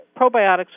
probiotics